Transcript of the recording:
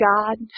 God